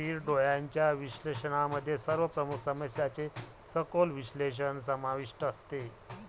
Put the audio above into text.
स्थिर डोळ्यांच्या विश्लेषणामध्ये सर्व प्रमुख समस्यांचे सखोल विश्लेषण समाविष्ट असते